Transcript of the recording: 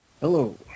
Hello